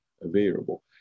available